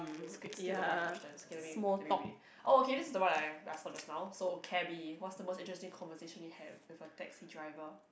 skip skip the boy questions okay let me let me read oh okay this is the one I I saw just now so cabby what's the most interesting conversation you had with a taxi driver